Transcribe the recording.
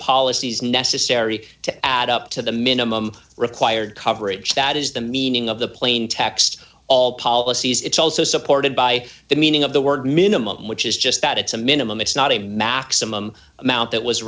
policies necessary to add up to the minimum required coverage that is the meaning of the plaintext all policies it's also supported by the meaning of the word minimum which is just that it's a minimum it's not a maximum amount that was